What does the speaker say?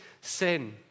sin